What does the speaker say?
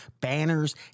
banners